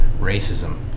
racism